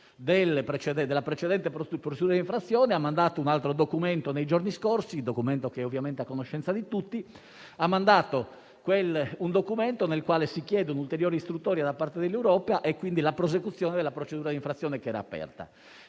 della precedente procedura d'infrazione, ha mandato un altro documento nei giorni scorsi, che ovviamente è a conoscenza di tutti, nel quale si chiede un'ulteriore istruttoria da parte dell'Europa e quindi la prosecuzione della procedura d'infrazione aperta.